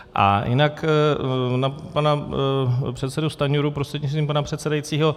A jinak na pana předsedu Stanjuru prostřednictvím pana předsedajícího.